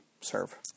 serve